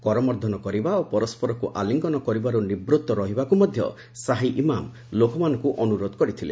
କରମର୍ଦ୍ଦନ କରିବା ଓ ପରସ୍କରକୁ ଆଲିଙ୍ଗନ କରିବାରୁ ନିବୂତ୍ତ ରହିବାକୁ ମଧ୍ୟ ସାହି ଇମାମ୍ ଲୋକମାନଙ୍କୁ ଅନୁରୋଧ କରିଥିଲେ